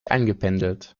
eingependelt